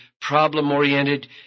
problem-oriented